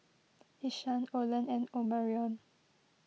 Ishaan Olen and Omarion